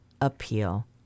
appeal